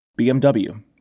BMW